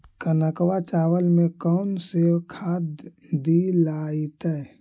कनकवा चावल में कौन से खाद दिलाइतै?